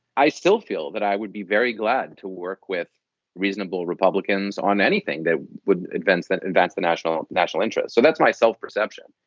i still feel that i would be very glad to work with reasonable republicans on anything that would advance that invents the national national interest. so that's my self-perception.